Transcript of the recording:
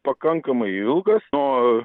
pakankamai ilgas nuo